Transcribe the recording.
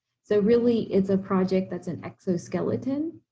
so really, it's a project that's an exoskeleton.